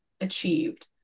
achieved